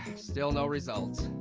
still no results.